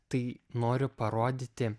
tai noriu parodyti